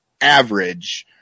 average